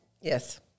Yes